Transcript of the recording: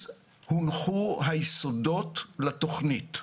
אז הונחו היסודות לתכנית.